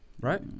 right